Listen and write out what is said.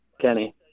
Kenny